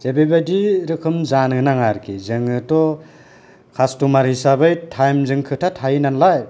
जेरैबादि रोखोम जानो नाङा आरोखि जोङोथ' कास्टमार हिसाबै टाइम जों खोथा थायो नालाय